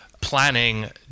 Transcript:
planning